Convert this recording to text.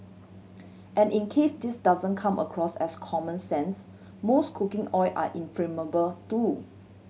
and in case this doesn't come across as common sense most cooking oil are inflammable too